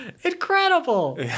Incredible